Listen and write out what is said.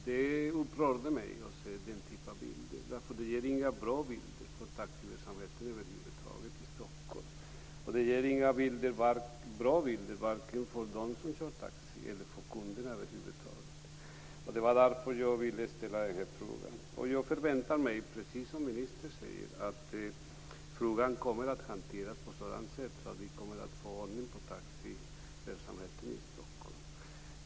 Det upprörde mig att se den typen av bilder. Det är inga bra bilder för taxiverksamheten i Stockholm över huvud taget. Det är inga bra bilder vare sig för dem som kör taxi eller för kunderna. Det var därför jag ville ställa denna fråga. Jag förväntar mig, precis som ministern säger, att frågan kommer att hanteras på ett sådant sätt att vi kommer att få ordning på taxiverksamheten i Stockholm.